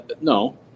no